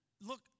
look